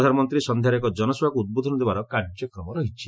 ପ୍ରଧାନମନ୍ତ୍ରୀ ସନ୍ଧ୍ୟାରେ ଏକ ଜନସଭାକୁ ଉଦ୍ବୋଧନ ଦେବାର କାର୍ଯ୍ୟକ୍ରମ ରହିଛି